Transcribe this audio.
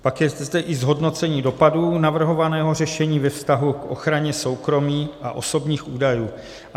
Pak je zde i zhodnocení dopadu navrhovaného řešení ve vztahu k ochraně soukromí a osobních údajů.